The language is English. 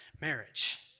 marriage